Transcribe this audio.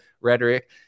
rhetoric